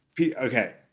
okay